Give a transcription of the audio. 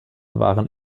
waren